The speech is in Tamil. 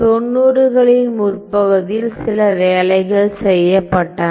90 களின் முற்பகுதியில் சில வேலைகள் செய்யப்பட்டன